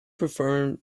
performs